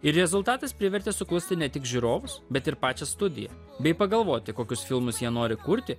ir rezultatas privertė suklusti ne tik žiūrovus bet ir pačią studiją bei pagalvoti kokius filmus jie nori kurti